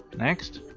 next.